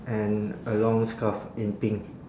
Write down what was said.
and a long scarf in pink